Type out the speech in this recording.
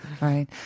Right